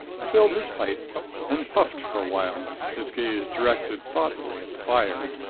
filled his pipe and puffed for awhile, his gaze directed thoughtfully at the fire.